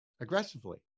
aggressively